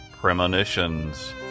premonitions